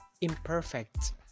imperfect